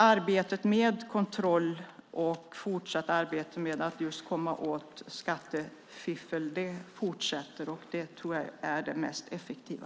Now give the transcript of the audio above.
Arbetet med kontroll och med att komma åt skattefiffel fortsätter, och det tror jag är det mest effektiva.